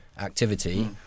activity